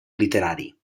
literari